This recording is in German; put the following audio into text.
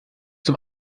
zum